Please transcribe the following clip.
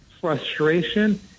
frustration